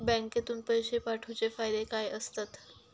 बँकेतून पैशे पाठवूचे फायदे काय असतत?